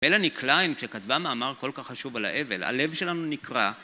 מלאני קליין כשכתבה מאמר כל כך חשוב על האבל, הלב שלנו נקרע